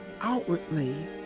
outwardly